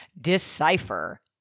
decipher